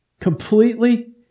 completely